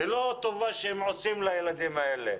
זאת לא טובה שעושים לילדים האלה.